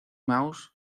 mouse